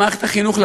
במערכת החינוך,